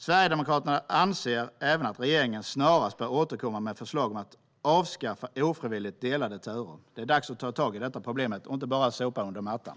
Sverigedemokraterna anser att regeringen snarast bör återkomma med förslag om att avskaffa ofrivilligt delade turer. Det är dags att ta tag i detta problem och inte bara sopa det under mattan.